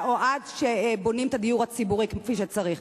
או עד שבונים את הדיור הציבורי כפי שצריך.